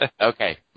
Okay